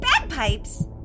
Bagpipes